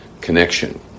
connection